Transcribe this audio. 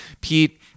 pete